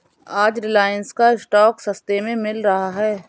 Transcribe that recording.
आज रिलायंस का स्टॉक सस्ते में मिल रहा है